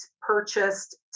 purchased